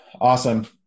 Awesome